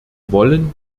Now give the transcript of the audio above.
wollen